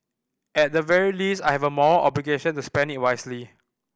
at the very least I have a moral obligation to spend it wisely